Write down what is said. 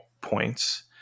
points